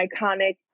iconic